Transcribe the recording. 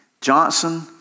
Johnson